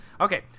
Okay